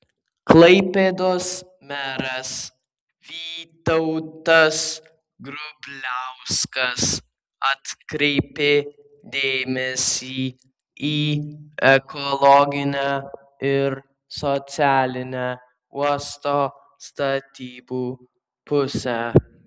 klaipėdos meras vytautas grubliauskas atkreipė dėmesį į ekologinę ir socialinę uosto statybų pusę